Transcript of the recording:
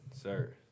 sir